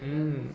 um